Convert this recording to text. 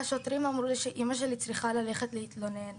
השוטרים אמרו לי שאמא שלי צריכה ללכת להתלונן,